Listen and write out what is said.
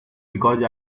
because